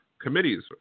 committees